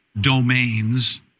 domains